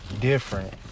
different